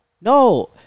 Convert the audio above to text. no